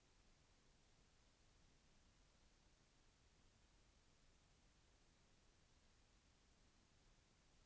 ఆకలి వర్షాలు పడితే తీస్కో వలసిన జాగ్రత్తలు ఏంటి?